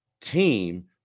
team